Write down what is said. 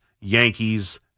Yankees